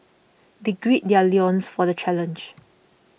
they gird their loins for the challenge